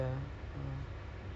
ya tracetogether